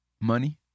Money